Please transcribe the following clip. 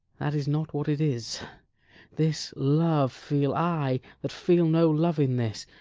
that is not what it is this love feel i, that feel no love in this.